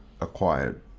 acquired